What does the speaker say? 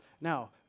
Now